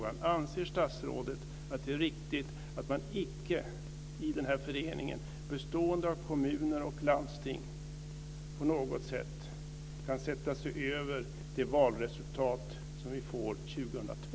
Anser statsrådet att det är riktigt att man i denna förening icke på något sätt kan sätta sig över det valresultatet som vi får 2002?